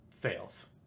fails